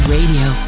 Radio